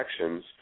actions